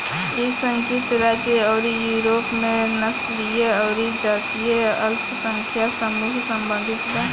इ संयुक्त राज्य अउरी यूरोप में नस्लीय अउरी जातीय अल्पसंख्यक समूह से सम्बंधित बा